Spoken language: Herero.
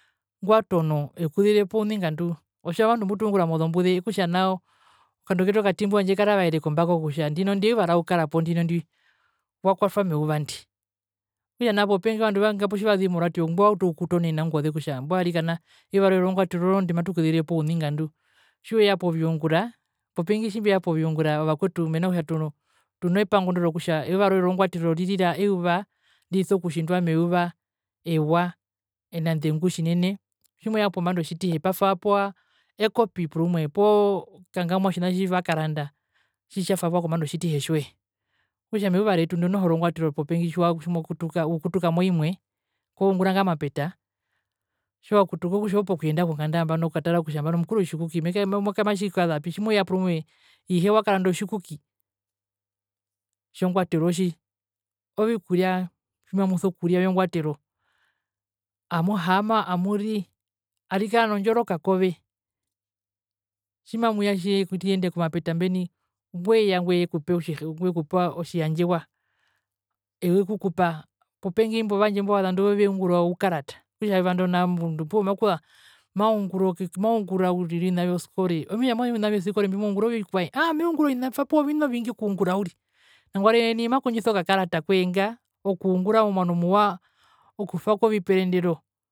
Ngwatono ekuzerirepo ouningandu otja ovandu mbutungura mozombuze okutja okandu ketu okatimbu tjandje karavaere kombako kutja nindoni euva ra ukarapo ndino ndi wakwatwa meuva ndi okutja popengi ovandu tjivazuu moradio ngwautu okukutonena kutja mbwae arikana euva roe rongwatero oondo matukuzerirepo ouningandu tjiweya poviungura popengi tjimbeya poviungura mena kutja ovakwetu mena rokutja tunepango ndo rokutja eyuva roye rongwatero tuyuva ndiso kutjindwa meyuva ewa enandengu tjinene tjimoya pombanda otjitihe patuwapewa ekopi porumwe poo kangamwa otjina tjivakaranda tjitwakewa kombanda otjitihe tjwe, okutja meuva retu ndo noho rongwatero popengi tjimokutuka ukutuka moimwe koungura nga mapeta tjiwakutuka okutja opokuyenda konganda nambano okutara kutja nambo otjikuki matjikazapi tjimoya porumwe ihe wakaranda otjikuki tjongwatero tji ovikuria mbimamuso kuria vyo ngwatero amuhaama amuri arikaa nondjoroka kove tjimamuya riyende komapeta mbeni ngweya ngwekupee otjiyandjewa eekukupa popengi imbo vandje imbo vazandu veungura oukarata okutja euva ndo nao opuwo makuza maungura maungura uriri ovina vyoskole ami otjimetja mwatje ovina vyosikore mbimoungura ovikwae, aaa haa meungura ovina twapewa ovina ovingi okungura uriri nangwari eye makondjisa okakarata koye nga okungura momwano muwa okutwako viperendero.